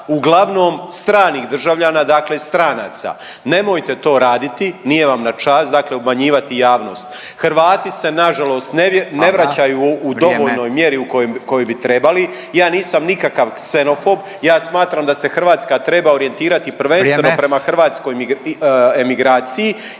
uglavnom stranih državljana, dakle stranaca. Nemojte to raditi, nije vam na čast, dakle obmanjivati javnost. Hrvati se nažalost ne vraćaju … .../Upadica: Hvala. Vrijeme./... u dovoljnoj mjeri u kojoj bi trebali, ja nisam nikakav ksenofob, ja smatram da se Hrvatska treba orijentirati prvenstveno … .../Upadica: